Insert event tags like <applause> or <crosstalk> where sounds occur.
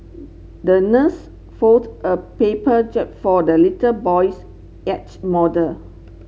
the nurse fold a paper jib for the little boy's <unintelligible> model